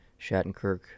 shattenkirk